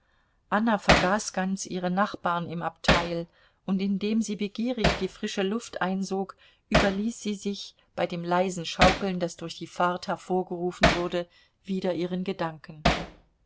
anna vergaß ganz ihre nachbarn im abteil und indem sie begierig die frische luft einsog überließ sie sich bei dem leisen schaukeln das durch die fahrt hervorgerufen wurde wieder ihren gedanken